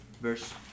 verse